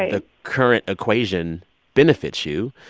ah current equation benefits you.